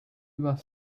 must